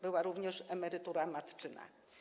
Była również emerytura matczyna.